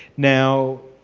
now